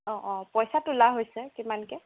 অ অ পইচা তোলা হৈছে কিমানকৈ